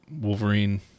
Wolverine